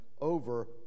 over